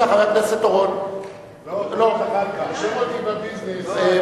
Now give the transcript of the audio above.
תרשום אותי בביזנס.